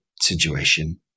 situation